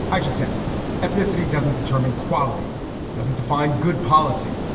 i should say ethnicity doesn't determine equality doesn't define good policy.